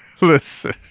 Listen